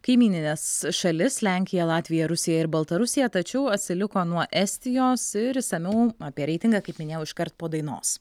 kaimynines šalis lenkiją latviją rusiją ir baltarusiją tačiau atsiliko nuo estijos ir išsamiau apie reitingą kaip minėjau iškart po dainos